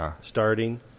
starting